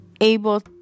able